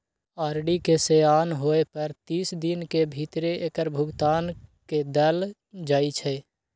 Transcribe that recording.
RD D सेयान होय पर तीस दिन के भीतरे एकर भुगतान क देल जाइ छइ